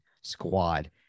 squad